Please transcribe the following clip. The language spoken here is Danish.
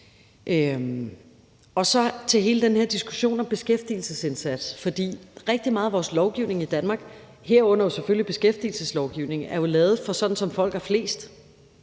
Til hele den her diskussion om beskæftigelsesindsats vil jeg sige, at rigtig meget af vores lovgivning i Danmark, herunder selvfølgelig beskæftigelseslovgivningen, jo er lavet for folk, som folk er flest.